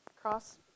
cross